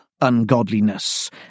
ungodliness